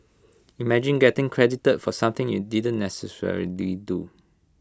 imagine getting credited for something you didn't necessarily do